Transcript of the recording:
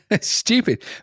stupid